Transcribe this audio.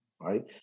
right